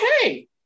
okay